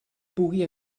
pugui